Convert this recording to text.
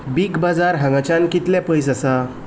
बीग बाजार हांगाच्यान कितलें पयस आसा